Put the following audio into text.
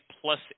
plus